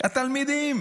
התלמידים